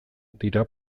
dira